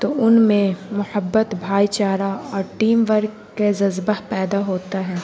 تو ان میں محبت بھائی چارہ اور ٹیم ورک کے جذبہ پیدا ہوتا ہے